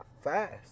fast